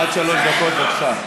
עד שלוש דקות, בבקשה.